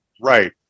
Right